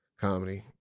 comedy